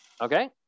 Okay